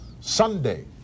Sunday